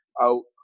out